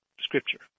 scripture